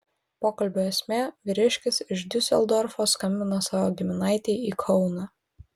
pokalbio esmė vyriškis iš diuseldorfo skambino savo giminaitei į kauną